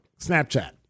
snapchat